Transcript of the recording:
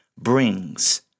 brings